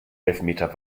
elfmeter